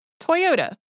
Toyota